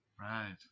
Right